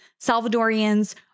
Salvadorian's